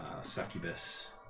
succubus